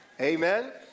amen